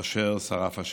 אשר שרף ה'".